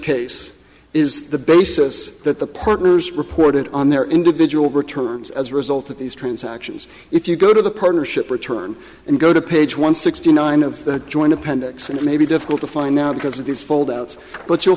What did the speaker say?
case is the basis that the partners reported on their individual returns as a result of these transactions if you go to the partnership return and go to page one sixty nine of the joint appendix it may be difficult to find out because of these fold outs but you'll